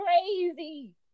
crazy